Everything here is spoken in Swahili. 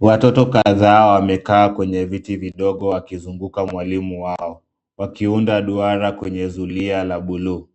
Watoto kadhaa wamekaa kwenye viti vidogo wakizunguka mwalimu wao, wakiunda duara kwenye zulia la buluu.